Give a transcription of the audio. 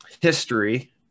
history